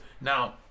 Now